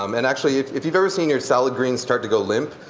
um and actually if if you've seen your salad green start to go limp,